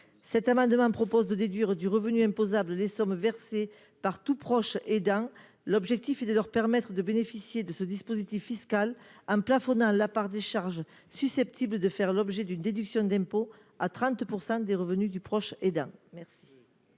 Cet amendement a donc pour objet de déduire du revenu imposable les sommes versées par tout proche aidant, afin de leur permettre de bénéficier de ce dispositif fiscal, en plafonnant la part des charges susceptibles de faire l'objet d'une déduction d'impôt à 30 % des revenus du proche aidant.